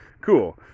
cool